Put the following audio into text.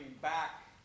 back